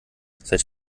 seit